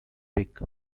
pick